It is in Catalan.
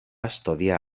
estudiar